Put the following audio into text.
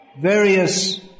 various